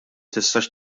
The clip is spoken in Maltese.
tistax